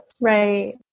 Right